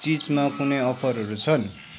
चिजमा कुनै अफरहरू छन्